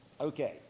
okay